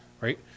Right